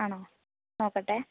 ആണോ നോക്കട്ടെ